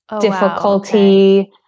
Difficulty